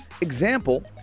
example